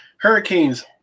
Hurricanes